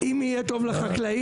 אם יהיה טוב לחקלאים,